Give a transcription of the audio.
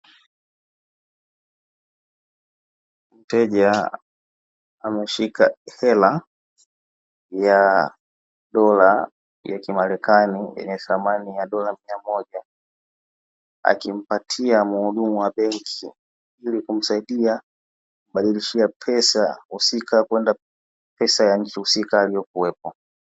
Mteja ameshika hela ya dora ya kimarekani yenye samani ya dora mia moja akimpatia mhudumu wa benki, ilikumsahidia kumbadilishia pesa husika kwenda nchi husika aliyokwepo.